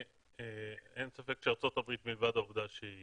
אין ספק שארצות-הברית, לבד העובדה שהיא